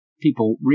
people